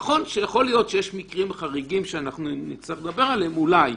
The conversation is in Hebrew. נכון שיכול להיות שיש מקרים חריגים שנצטרך לדבר עליהם אולי.